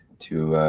to.